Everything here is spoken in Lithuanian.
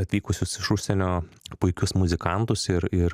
atvykusius iš užsienio puikius muzikantus ir ir